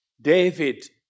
David